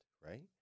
right